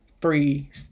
three